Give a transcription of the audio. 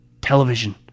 Television